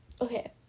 okay